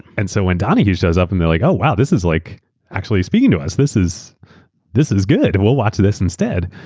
and so when donahue shows up, and they're like oh wow this is like actually speaking to us. this is this is good. and we'll watch this instead.